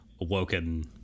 awoken